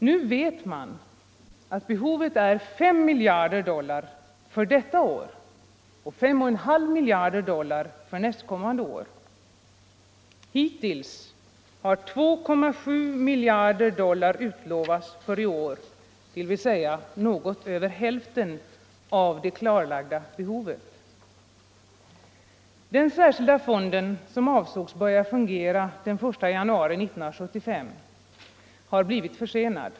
Nu vet man att behovet är 5 miljarder dollar för detta år och 5,5 miljarder dollar för nästa år. Hittills har 2,7 miljarder dollar utlovats för i år, dvs. något över hälften av det klarlagda behovet. Den särskilda fonden som avsågs börja fungera den 1 januari 1975 har blivit försenad.